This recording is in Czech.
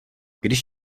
když